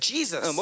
Jesus